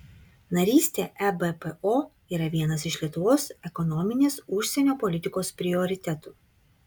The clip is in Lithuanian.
narystė ebpo yra vienas iš lietuvos ekonominės užsienio politikos prioritetų